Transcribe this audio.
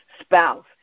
spouse